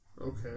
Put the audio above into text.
okay